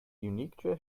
unique